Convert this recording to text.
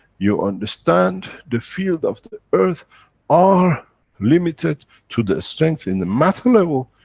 you understand the field of the earth are limited to the strength in the matter level,